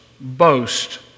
boast